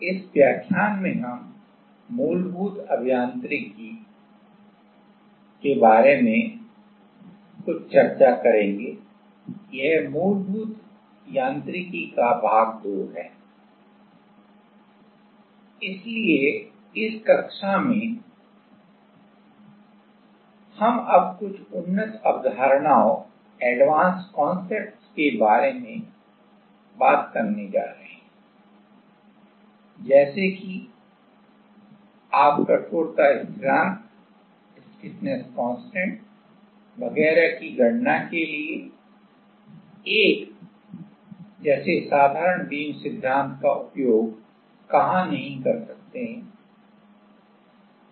इसलिए इस कक्षा में हम अब कुछ उन्नत अवधारणाओं के बारे में बात करने जा रहे हैं जैसे कि आप कठोरता स्थिरांक वगैरह की गणना के लिए एक जैसे साधारण बीम सिद्धांत का उपयोग कहां नहीं कर सकते हैं